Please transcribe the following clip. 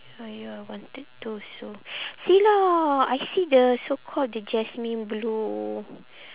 !aiya! I wanted to also see lah I see the so called the jasmine blue